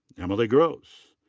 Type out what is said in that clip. emily gross.